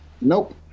nope